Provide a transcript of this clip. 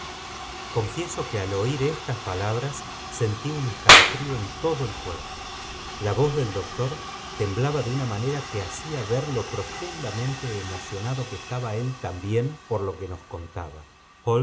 confieso que al oir estas palabras sentí un escalofrío en todo el cuerpo la voz del doctor temblaba de una manera que hacía ver lo profundamente emocionado que estaba él también por lo ue nos contaba